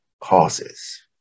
causes